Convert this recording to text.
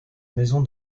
maison